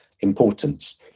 importance